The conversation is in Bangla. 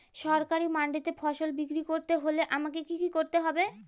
সরকারি মান্ডিতে ফসল বিক্রি করতে হলে আমাকে কি কি করতে হবে?